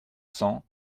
cents